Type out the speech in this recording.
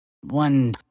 One